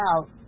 out